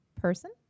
person